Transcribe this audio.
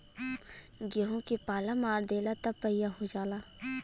गेंहू के पाला मार देला त पइया हो जाला